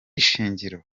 ishingiro